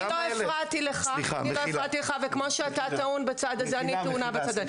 אני לא הפרעתי לך וכמו שאתה טעון בנושא אחד אז גם אני.